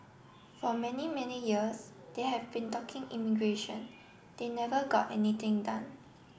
for many many years they have been talking immigration they never got anything done